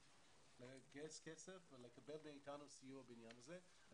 לגייס כסף ולקבל מאתנו סיוע בעניין הזה.